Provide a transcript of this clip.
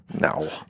No